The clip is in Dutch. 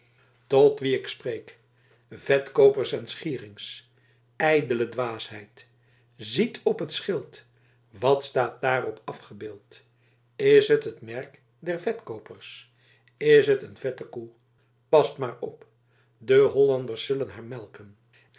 tot wie ik spreek vetkoopers en schieringers ijdele dwaasheid ziet op het schild wat staat daarop afgebeeld is het het merk der vetkoopers is het een vette koe past maar op de hollanders zullen haar melken